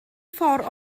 ffordd